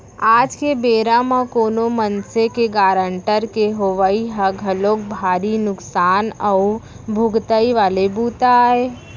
आज के बेरा म कोनो मनसे के गारंटर के होवई ह घलोक भारी नुकसान अउ भुगतई वाले बूता आय